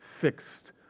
fixed